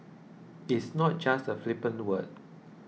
it's not just a flippant word